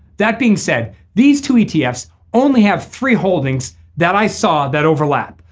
that being said these two etf's only have three holdings that i saw that overlap.